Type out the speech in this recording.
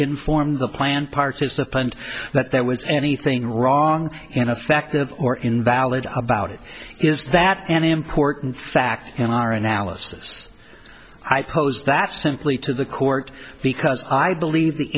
informed the plan participant that there was anything wrong and effective or invalid about it is that an important fact in our analysis i pose that simply to the court because i believe the